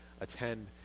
attend